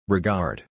Regard